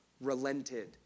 relented